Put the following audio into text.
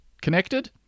Connected